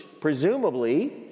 presumably